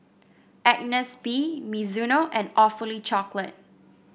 Agnes B Mizuno and Awfully Chocolate